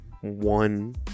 one